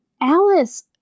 alice